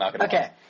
Okay